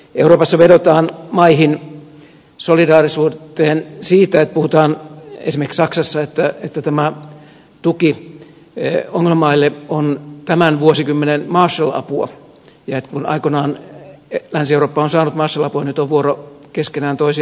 euroopassa vedotaan maihin solidaarisuuteen siitä puhutaan esimerkiksi saksassa että tämä tuki ongelmamaille on tämän vuosikymmenen marshall apua ja että kun aikoinaan länsi eurooppa on saanut marshall apua nyt on vuoro keskenään toisiaan auttaa